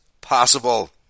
possible